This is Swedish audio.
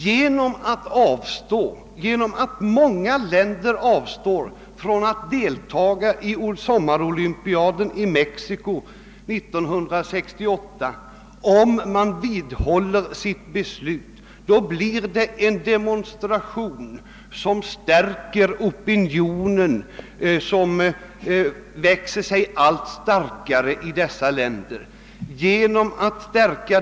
Genom att många länder avstår från att delta i sommarolympiaden i Mexiko 1968, om den olympiska kommittén vidhåller sitt beslut, blir det en demonstration som stärker den opinion vilken växer sig allt starkare i de ifrågavarande länderna.